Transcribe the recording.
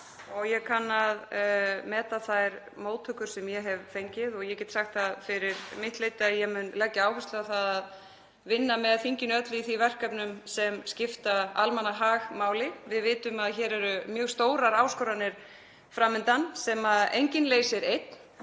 Ég kann að meta þær móttökur sem ég hef fengið og ég get sagt það fyrir mitt leyti að ég mun leggja áherslu á að vinna með þinginu öllu í því verkefnum sem skipta almannahag máli. Við vitum að hér eru mjög stórar áskoranir fram undan sem enginn leysir einn,